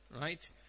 Right